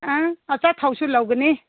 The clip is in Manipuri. ꯑꯥ ꯑꯆꯥꯊꯥꯎꯁꯨ ꯂꯧꯒꯅꯤ